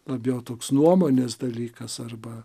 labiau toks nuomonės dalykas arba